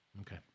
Okay